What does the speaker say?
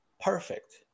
Perfect